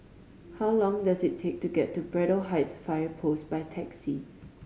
how long does it take to get to Braddell Heights Fire Post by taxi